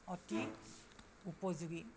অতি উপযোগী